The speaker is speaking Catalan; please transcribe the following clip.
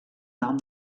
nom